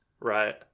right